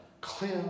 clear